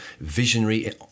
visionary